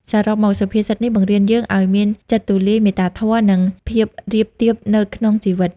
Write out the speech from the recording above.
សរុបមក សុភាសិតនេះបង្រៀនយើងឱ្យមានចិត្តទូលាយ មេត្តាធម៌ និងភាពរាបទាប នៅក្នុងជីវិត។